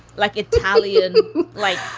like italian like,